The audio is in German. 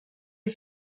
die